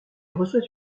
reçoit